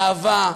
לאהבה,